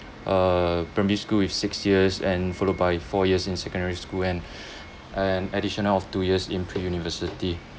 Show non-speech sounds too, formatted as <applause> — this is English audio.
uh primary school is six years and followed by four years in secondary school and <breath> an additional of two years in pre-university